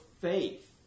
faith